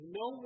no